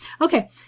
Okay